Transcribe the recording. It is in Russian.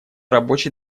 рабочий